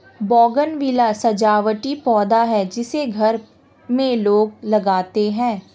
bougainvillea सजावटी पौधा है जिसे घर में लोग लगाते हैं